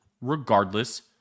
regardless